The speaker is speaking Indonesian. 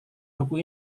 buku